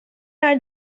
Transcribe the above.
are